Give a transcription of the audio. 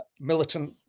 militant